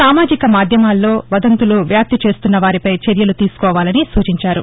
సామాజిక మాధ్యమాల్లో వదంతులు వ్యాప్తిచేస్తున్న వారిపై చర్యలు తీసుకోవాలని సూచించారు